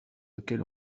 lequel